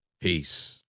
Peace